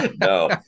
no